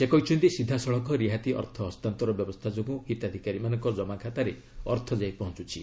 ସେ କହିଛନ୍ତି ସିଧାସଳଖ ରିହାତି ଅର୍ଥ ହସ୍ତାନ୍ତର ବ୍ୟବସ୍ଥା ଯୋଗୁଁ ହିତାଧିକାରୀମାନଙ୍କ କମାଖାତାରେ ଅର୍ଥ ଯାଇ ପହଞ୍ଚୁଛି